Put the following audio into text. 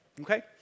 Okay